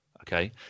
Okay